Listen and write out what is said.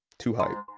too hype.